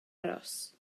aros